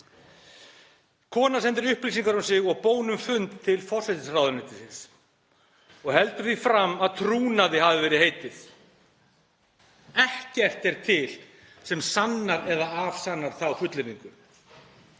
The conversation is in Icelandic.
Kona sendir upplýsingar um sig og bón um fund til forsætisráðuneytisins og heldur því fram að trúnaði hafi verið heitið. Ekkert er til sem sannar eða afsannar þá fullyrðingu.